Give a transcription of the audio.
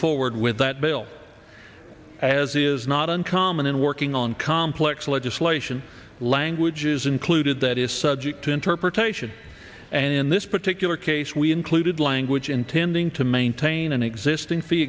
forward with that bill as is not uncommon in working on complex legislation languages included that is subject to interpretation and in this particular case we included language intending to maintain an existing fee